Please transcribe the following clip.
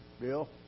Bill